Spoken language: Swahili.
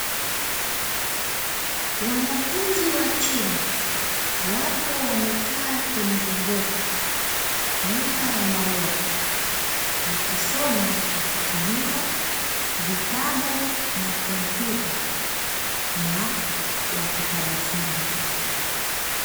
Wanafunzi wa chuo kikuu wapo wamekaa kwenye vimbweta, nyuma ya maua wakisoma kwa kutumia vitabu na kompyuta na wakitabasamu.